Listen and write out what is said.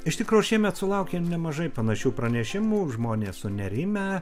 iš tikro šiemet sulaukėm nemažai panašių pranešimų žmonės sunerimę